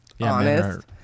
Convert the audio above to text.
honest